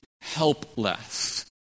helpless